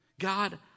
God